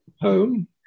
home